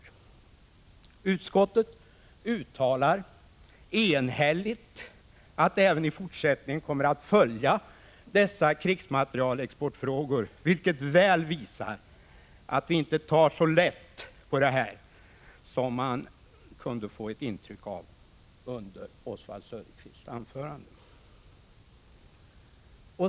7 Granskning av statsrå Utskottet uttalar enhälligt att det även i fortsättningen kommer att följa d KE SS krigsmaterielexportfrågorna, vilket väl visar att vi inte tar så lätt på det här FOTON O VIN m.m. som man kunde få ett intryck av under Oswald Söderqvists anförande.